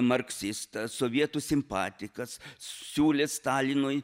marksistas sovietų simpatikas siūlęs stalinui